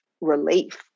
relief